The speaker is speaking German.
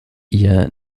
ihr